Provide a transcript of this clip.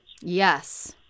Yes